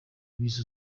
bise